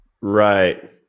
right